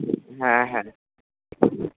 হ্যাঁ হ্যাঁ